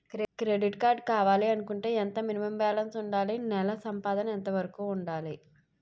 Credit card కావాలి అనుకుంటే ఎంత మినిమం బాలన్స్ వుందాలి? నెల సంపాదన ఎంతవరకు వుండాలి?